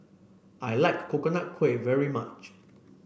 I like Coconut Kuih very much